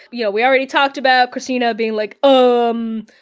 you know, we already talked about kristina being like, um,